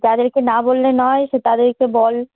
যাদেরকে না বললে নয় সে তাদেরকে বল